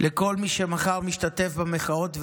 לכל מי שמחר משתתף במחאות,